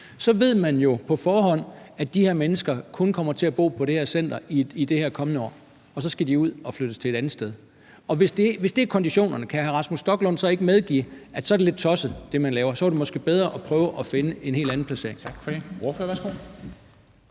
så ved man jo på forhånd, at de her mennesker kun kommer til at bo på det her center i det her kommende år, og at så skal de ud og flyttes til et andet sted. Hvis det er konditionerne, kan hr. Rasmus Stoklund så ikke medgive, at så er det, man laver, lidt tosset, og at så var det måske bedre at prøve at finde en helt anden placering?